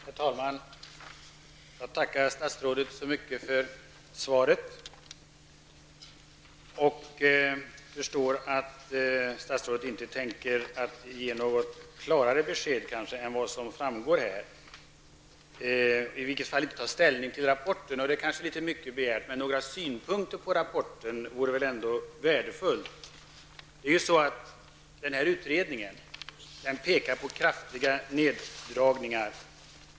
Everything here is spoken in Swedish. Herr talman! Jag tackar statsrådet så mycket för svaret. Jag förstår att statsrådet inte tänker ge något klarare besked än det som framgår av svaret eller att han åtminstone inte tänker ta ställning till rapporten, och det kanske är litet mycket begärt. Men det vore väl ändå värdefullt med några synpunkter på rapporten. I den här utredningen pekas det på kraftiga neddragningar.